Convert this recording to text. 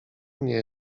mnie